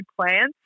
plants